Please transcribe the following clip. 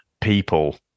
people